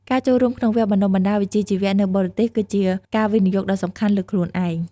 ការចូលរួមក្នុងវគ្គបណ្ដុះបណ្ដាលវិជ្ជាជីវៈនៅបរទេស គឺជាការវិនិយោគដ៏សំខាន់លើខ្លួនឯង។